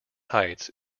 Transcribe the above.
heights